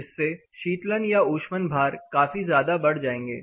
जिससे शीतलन या ऊष्मन भार काफी ज्यादा बढ़ जाएंगे